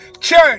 Church